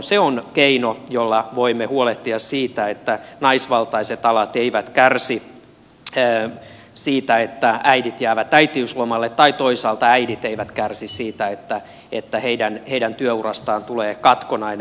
se on keino jolla voimme huolehtia siitä että naisvaltaiset alat eivät kärsi siitä että äidit jäävät äitiyslomalle tai toisaalta äidit eivät kärsi siitä että heidän työurastaan tulee katkonainen